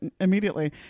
immediately